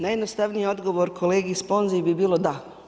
Najjednostavniji odgovor kolegi Sponzi bi bilo da.